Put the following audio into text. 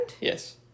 Yes